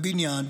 בבניין,